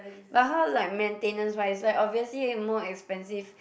but how like maintenance wise like obviously more expensive